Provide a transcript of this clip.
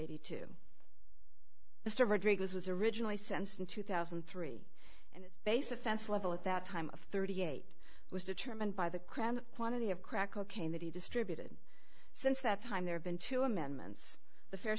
eighty two mr rodriguez was originally sense in two thousand and three and basic fence level at that time of thirty eight was determined by the crime quantity of crack cocaine that he distributed since that time there have been two amendments the fa